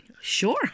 sure